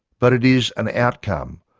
but it is an outcome,